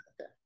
Okay